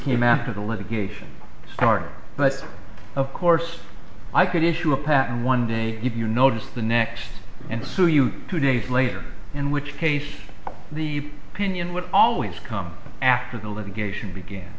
came after the litigation started but of course i could issue a patent one day you notice the next and so you two days later and which case the opinion would always come after the litigation began